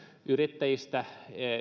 yrittäjistä